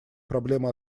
проблемы